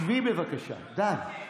שבי בבקשה, די.